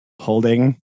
holding